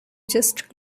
just